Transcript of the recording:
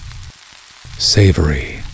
savory